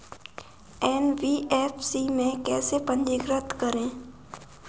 NBFC में कैसे पंजीकृत करें?